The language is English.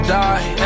die